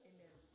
Amen